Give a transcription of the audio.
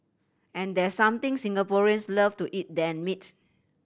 and there something Singaporeans love to eat than meat